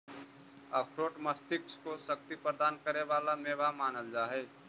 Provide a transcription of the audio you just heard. अखरोट मस्तिष्क को शक्ति प्रदान करे वाला मेवा मानल जा हई